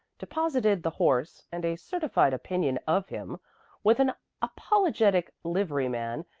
deposited the horse and a certified opinion of him with an apologetic liveryman,